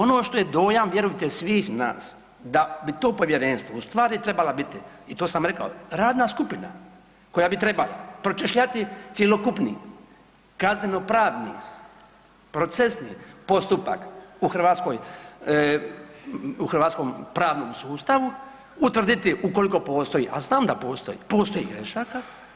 Ono što je dojam vjerujte svih nas da bi to povjerenstvo u stvari trebala biti i to sam rekao radna skupina koja bi trebala pročešljati cjelokupni kazneno-pravni procesni postupak u hrvatskom pravnom sustavu, utvrditi ukoliko postoji, a znam da postoji, postoji grešaka.